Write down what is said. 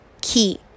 key